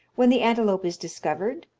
when the antelope is discovered,